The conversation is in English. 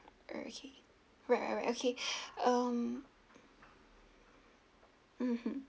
okay right right okay mm mmhmm